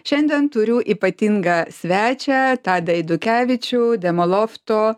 šiandien turiu ypatingą svečią tadą eidukevičių demolofto